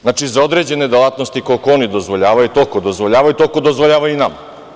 Znači, za određene delatnosti koliko oni dozvoljavaju, toliko dozvoljavaju, toliko dozvoljava i nama.